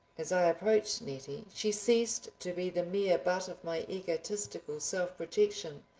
as i approached nettie she ceased to be the mere butt of my egotistical self-projection,